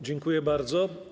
Dziękuję bardzo.